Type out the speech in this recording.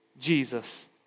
Jesus